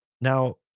now